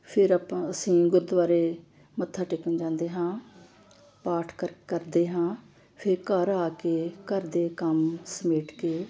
ਫਿਰ ਆਪਾਂ ਅਸੀਂ ਗੁਰਦੁਆਰੇ ਮੱਥਾ ਟੇਕਣ ਜਾਂਦੇ ਹਾਂ ਪਾਠ ਕਰ ਕਰਦੇ ਹਾਂ ਫਿਰ ਘਰ ਆ ਕੇ ਘਰ ਦੇ ਕੰਮ ਸਮੇਟ ਕੇ